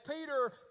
Peter